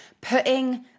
putting